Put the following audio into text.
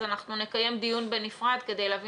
אז אנחנו נקיים דיון בנפרד כדי להבין